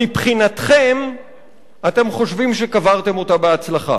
מבחינתכם אתם חושבים שקברתם אותה בהצלחה.